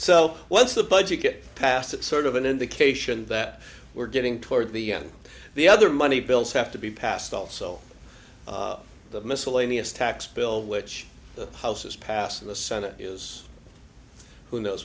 so what's the budget get passed that sort of an indication that we're getting toward the end the other money bills have to be passed also the miscellaneous tax bill which the house has passed in the senate is who knows